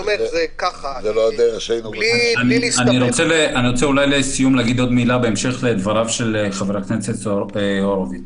אני רוצה אולי לסיום להגיד עוד מילה בהמשך לדבריו של חבר הכנסת הורוביץ,